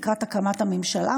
לקראת הקמת הממשלה,